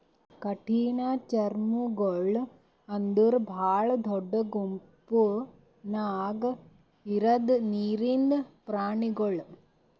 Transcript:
ಕಠಿಣಚರ್ಮಿಗೊಳ್ ಅಂದುರ್ ಭಾಳ ದೊಡ್ಡ ಗುಂಪ್ ನ್ಯಾಗ ಇರದ್ ನೀರಿನ್ ಪ್ರಾಣಿಗೊಳ್